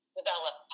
develop